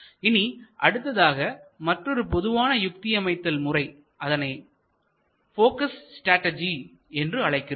இனி அடுத்ததாக மற்றொரு பொதுவான யுக்தி அமைத்தல் முறை அதனை போக்கஸ் ஸ்டடெர்ஜி என்று அழைக்கிறோம்